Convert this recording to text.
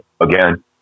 again